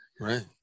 Right